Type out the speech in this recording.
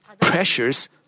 pressures